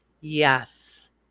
Yes